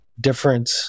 different